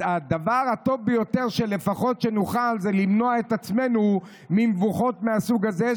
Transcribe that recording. אז הדבר הטוב ביותר שנוכל לעשות הוא למנוע מעצמנו מבוכות מהסוג הזה,